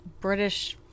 British